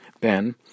Ben